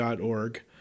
.org